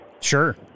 Sure